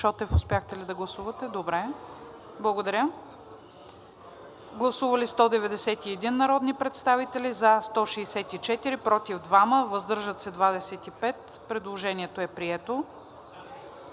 Шотев, успяхте ли да гласувате? Добре. Благодаря. Гласували 191 народни представители: за 164, против 2, въздържали се 25. Предложението е прието.